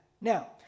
now